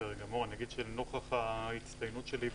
אני אגיד שלנוכח ההצטיינות שלי,